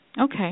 Okay